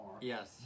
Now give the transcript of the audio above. Yes